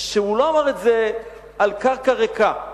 שהוא לא אמר את זה על קרקע ריקה.